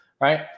Right